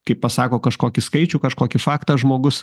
kai pasako kažkokį skaičių kažkokį faktą žmogus